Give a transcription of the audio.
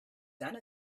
done